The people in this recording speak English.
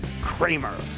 Kramer